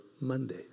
Monday